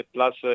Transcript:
Plus